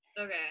Okay